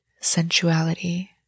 sensuality